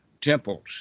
temples